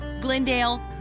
Glendale